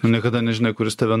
niekada nežinai kur jis tave